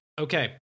okay